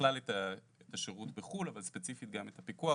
בכלל את השירות בחו"ל, אבל ספציפית גם את הפיקוח.